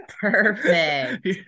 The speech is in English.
perfect